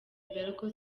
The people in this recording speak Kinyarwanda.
berco